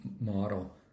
model